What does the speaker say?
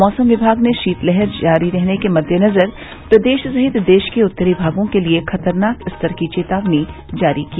मौसम विभाग ने शीतलहर जारी रहने के मद्देनजर प्रदेश सहित देश के उत्तरी भागों के लिए खतरनाक स्तर की चेतावनी जारी की